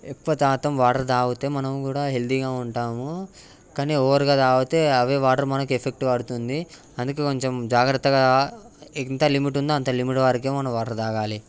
ఎక్కువ శాతం వాటర్ తాగితే మనం కూడా హెల్తీగా ఉంటాము కానీ ఓవర్గా తాగితే అవే వాటర్ మనకి ఎఫెక్ట్ పడుతుంది అందుకే కొంచెం జాగ్రత్తగా ఎంత లిమిట్ ఉందో అంత లిమిట్ వరకు మనం వాటర్ తాగాలి